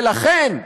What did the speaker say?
ולכן,